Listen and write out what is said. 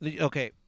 Okay